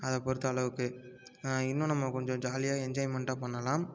அதை பொறுத்த அளவுக்கு இன்னும் நம்ம கொஞ்சம் ஜாலியாக என்ஜாய்மெண்ட்டாக பண்ணலாம்